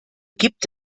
gibt